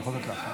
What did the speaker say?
הוראת שעה,